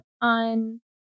on